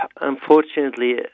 Unfortunately